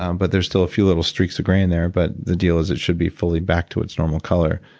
um but there are still a few little streaks of gray in there, but the deal is it should be fully back to its normal color.